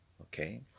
Okay